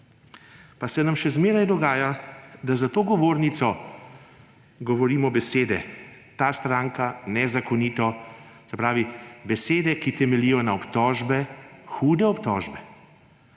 pa se nam še vedno dogaja, da za to govornico govorimo besede, ta stranka nezakonito, se pravi besede, ki temeljijo na obtožbah, hudih obtožbah.